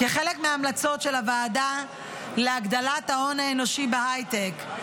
כחלק מההמלצות של הוועדה להגדלת ההון האנושי בהייטק,